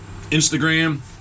Instagram